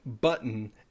button